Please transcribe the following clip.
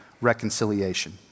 reconciliation